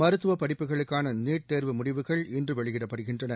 மருத்துவ படிப்புகளுக்கான நீட் தேர்வு முடிவுகள் இன்று வெளியிடப்படுகின்றன